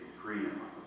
freedom